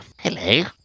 Hello